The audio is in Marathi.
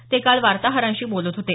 ते काल वार्ताहरांशी बोलत होते